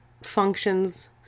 functions